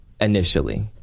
initially